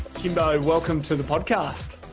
timbo, welcome to the podcast.